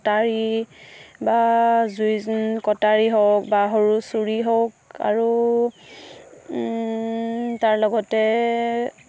কটাৰী বা জুই কটাৰী হওক বা সৰু চুৰি হওক আৰু তাৰ লগতে